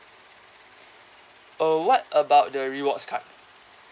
uh what about the rewards card